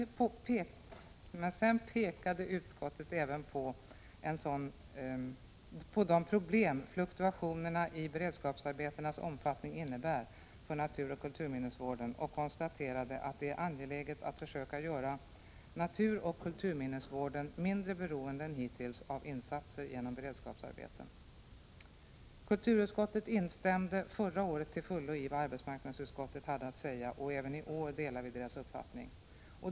Utskottet pekade sedan på de problem fluktuationerna i beredskapsarbetenas omfattning innebär för naturoch kulturminnesvården. Utskottet konstaterade vidare att det är angeläget att försöka göra naturoch kulturminnesvården mindre beroende än hittills av insatser genom beredskapsarbeten. Kulturutskottet instämde förra året till fullo i vad arbetsmarknadsutskottet hade att säga. Även i år delar vi dess uppfattning.